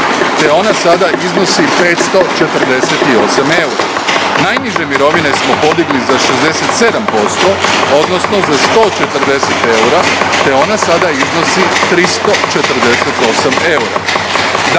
te ona sada iznosi 548 eura. Najniže mirovine smo podigli za 67% odnosno za 140 eura, te ona sada iznosi 348 eura.